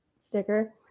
sticker